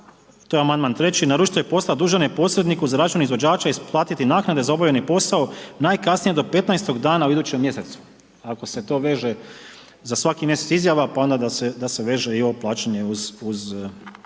to je amandman 3. „Naručitelj posla dužan je posredniku za račun izvođača isplatiti naknade za obavljeni posao najkasnije do 15 dana u idućem mjesecu“. Ako se to veže za svaki mjesec izjava, pa onda da se veže i ovo plaćanje uz